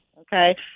okay